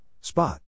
Spot